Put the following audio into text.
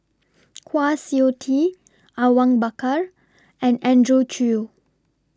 Kwa Siew Tee Awang Bakar and Andrew Chew